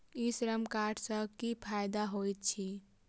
ई श्रम कार्ड सँ की फायदा होइत अछि?